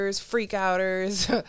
freak-outers